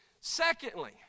Secondly